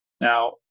Now